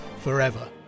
forever